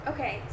Okay